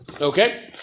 Okay